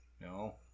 no